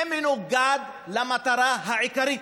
זה מנוגד למטרה העיקרית.